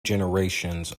generations